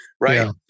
Right